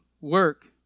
Work